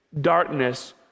darkness